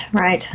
right